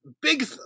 big